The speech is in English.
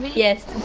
but yes,